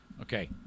Okay